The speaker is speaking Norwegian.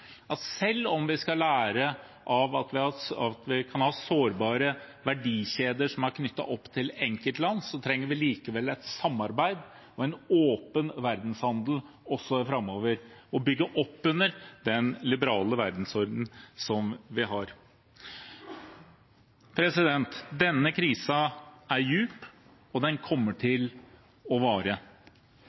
Selv om vi skal lære av at vi kan ha sårbare verdikjeder som er knyttet til enkeltland, trenger vi likevel et samarbeid og en åpen verdenshandel, også framover, og vi trenger å bygge opp under den liberale verdensordenen som vi har. Denne krisen er dyp, og den kommer til å vare.